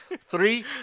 Three